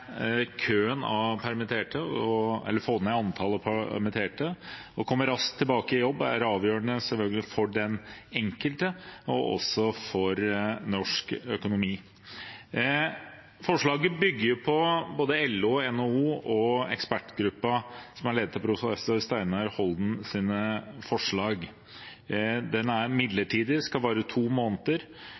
antallet permitterte. Å komme raskt tilbake i jobb er selvfølgelig avgjørende for den enkelte, og for norsk økonomi. Forslaget bygger på forslagene til LO, NHO og ekspertgruppen som er ledet av professor Steinar Holden. Ordningen er midlertidig og skal vare i to måneder.